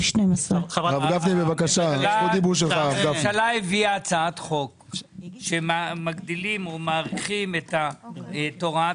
12. הממשלה הביאה הצעת חוק שמגדילים ומאריכים את הוראת